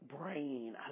brain